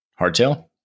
hardtail